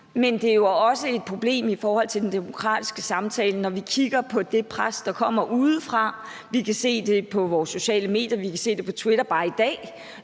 men det er jo også et problem i forhold til den demokratiske samtale, når vi kigger på det pres, der kommer udefra. Vi kan se det på vores sociale medier, og vi kan se det på Twitter bare i dag,